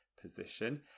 position